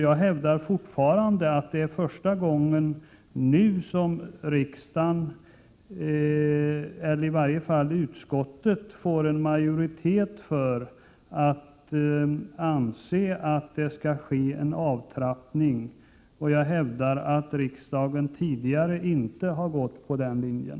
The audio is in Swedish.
Jag hävdar fortfarande att det är första gången nu som riksdagen, eller i varje fall utskottet, får en majoritet för en avtrappning. Jag hävdar att riksdagen tidigare inte har gått på den linjen.